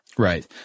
Right